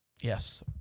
Yes